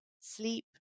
sleep